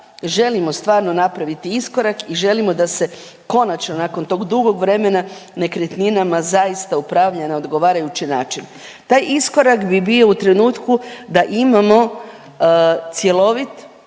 želimo stvarno napraviti iskorak i želimo da se konačno nakon tog dugog vremena nekretninama zaista upravlja na odgovarajući način. Taj iskorak bi bio u trenutku da imamo cjelovit